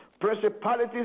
principalities